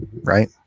Right